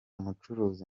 mucuruzi